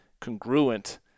congruent